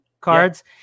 cards